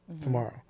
tomorrow